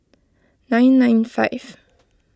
nine nine five